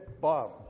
Bob